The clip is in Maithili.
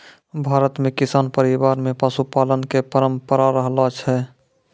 भारत मॅ किसान परिवार मॅ पशुपालन के परंपरा रहलो छै